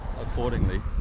accordingly